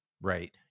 right